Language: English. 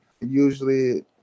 usually